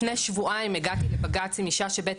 לפני שבועיים הגעתי לבג"צ עם אישה שבית